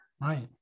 right